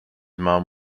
mum